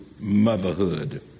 motherhood